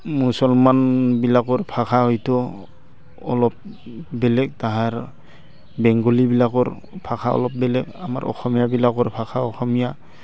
মুছলমানবিলাকৰ ভাষা হয়তো অলপ বেলেগ তাহাৰ বেংগলীবিলাকৰ ভাষা অলপ বেলেগ আমাৰ অসমীয়াবিলাকৰ ভাষা অসমীয়া